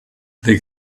the